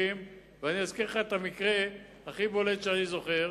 ואני אזכיר לך את המקרה הכי בולט שאני זוכר,